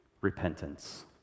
Repentance